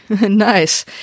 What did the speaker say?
Nice